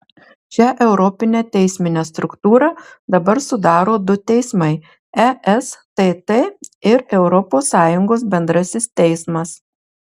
šią europinę teisminę struktūrą dabar sudaro du teismai estt ir europos sąjungos bendrasis teismas